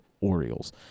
Orioles